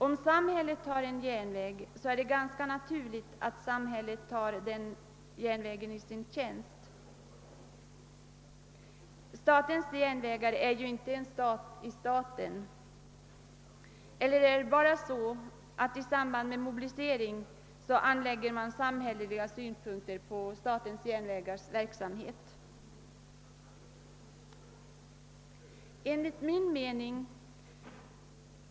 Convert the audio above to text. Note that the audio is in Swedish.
Om samhället har en järnväg är det ganska naturligt att samhället tar denna järnväg i sin tjänst. Statens järnvägar är ju inte en stat i staten — eller är det bara så att man anlägger samhälleliga synpunkter på statens järnvägars verksamhet i samband med mobilisering?